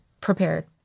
prepared